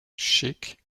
chic